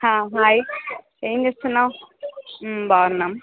hi ఏం చేస్తున్నావు బాగున్నాం